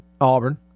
Auburn